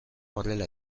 horrela